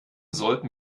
sollten